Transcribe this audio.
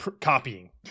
copying